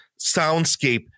soundscape